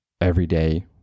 everyday